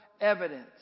evidence